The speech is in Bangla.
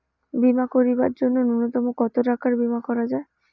বীমা করিবার জন্য নূন্যতম কতো টাকার বীমা করা যায়?